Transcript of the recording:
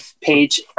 page